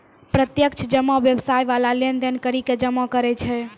प्रत्यक्ष जमा व्यवसाय बाला लेन देन करि के जमा करै छै